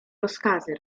rozkazy